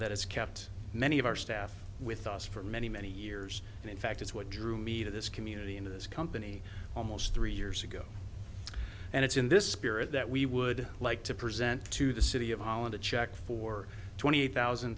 that has kept many of our staff with us for many many years and in fact it's what drew me to this community into this company almost three years ago and it's in this spirit that we would like to present to the city of holland a check for twenty thousand